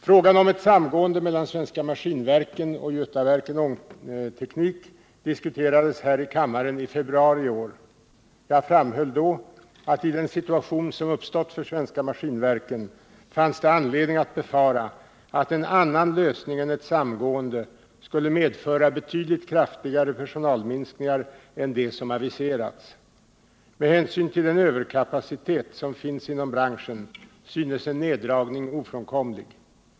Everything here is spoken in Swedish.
Frågan om ett samgående mellan Svenska Maskinverken och Götaverken Ångteknik diskuterades här i kammaren i februari i år. Jag framhöll då att i den situation som uppstått för Svenska Maskinverken fanns det anledning att befara att en annan lösning än ett samgående skulle medföra betydligt kraftigare personalminskningar än de som aviserats. Med hänsyn till den överkapacitet som finns inom branschen synes en neddragning ofrånkomlig.